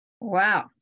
Wow